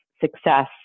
success